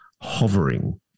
hovering